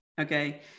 okay